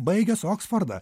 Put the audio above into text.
baigęs oksfordą